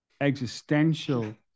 existential